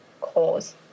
cause